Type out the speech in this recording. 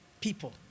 people